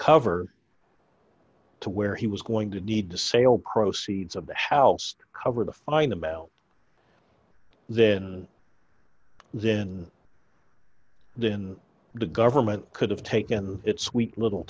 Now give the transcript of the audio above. cover to where he was going to need the sale proceeds of the house cover to find them out then then then the government could have taken its sweet little